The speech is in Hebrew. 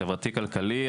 חברתי-כלכלי,